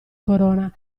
corona